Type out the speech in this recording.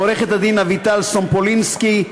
לעורכת-הדין אביטל סומפולינסקי,